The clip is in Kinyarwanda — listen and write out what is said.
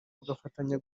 bagafatanya